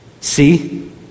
see